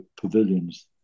pavilions